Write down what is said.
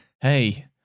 Hey